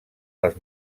les